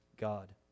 God